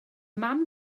mam